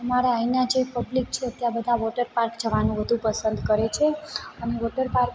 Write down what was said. મારા અહીંના જે પબ્લિક છે ત્યાં બધા વોટરપાર્ક જવાનું વધુ પસંદ કરે છે અને વોટરપાર્ક